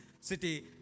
city